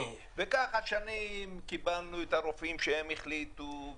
וככה שנים קיבלנו את הרופאים שהם החליטו.